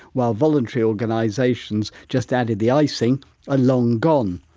while voluntary organisations just added the icing are long gone.